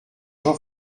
jean